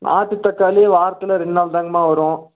நாட்டு தக்காளி வாரத்தில் ரெண்டு நாள் தாங்கம்மா வரும்